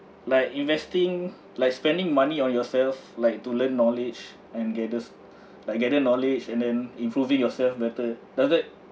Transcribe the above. like investing like spending money on yourself like to learn knowledge and gathers like gather knowledge and then improving yourself better does it